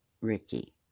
Ricky